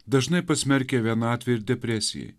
dažnai pasmerkia vienatvei ir depresijai